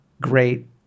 great